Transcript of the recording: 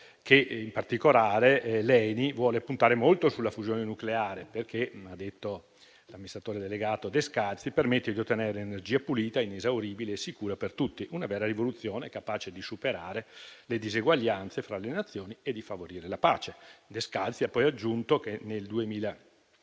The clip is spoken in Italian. che, in particolare, l'ENI vuole puntare molto sulla fusione nucleare perché, come ha detto l'amministratore delegato Descalzi, permette di ottenere energia pulita, inesauribile e sicura per tutti: una vera rivoluzione, capace di superare le diseguaglianze fra le Nazioni e di favorire la pace. Descalzi ha poi aggiunto che nel 2025